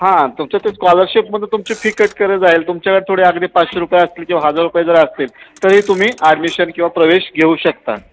हां हां तुमच्या ते स्कॉलरशिपमधून तुमची फि कट केली जाईल तुमच्याकडे थोडे अगदी पाचशे रुपये असतील किंवा हजार रुपये जर असतील तरी तुम्ही ॲडमिशन किंवा प्रवेश घेऊ शकता